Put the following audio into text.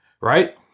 Right